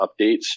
updates